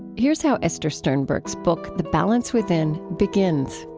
here's how esther sternberg's book the balance within begins